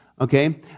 Okay